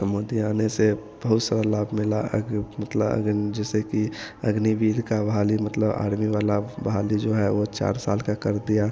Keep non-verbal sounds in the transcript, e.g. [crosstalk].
और मोदी आने से बहुत सारा लाभ मिला [unintelligible] मतलब आगे जैसे कि अग्निवीर की बहाली मतलब आर्मी वाला जो है वह चार साल का कर दिया